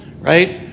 right